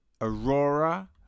Aurora